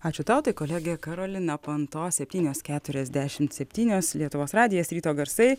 ačiū tau tai kolegė karolina panto septynios keturiasdešim septynios lietuvos radijas ryto garsai